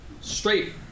straight